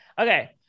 Okay